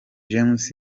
james